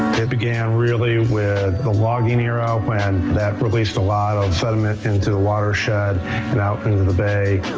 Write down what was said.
it began really with the logging era when that released a lot of sediment into the watershed and out and into the bay.